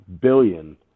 billion